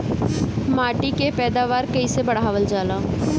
माटी के पैदावार कईसे बढ़ावल जाला?